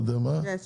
יש.